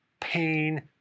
pain